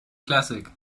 classic